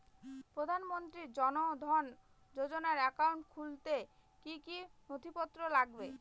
প্রধানমন্ত্রী জন ধন যোজনার একাউন্ট খুলতে কি কি নথিপত্র লাগবে?